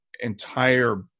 entire